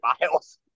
miles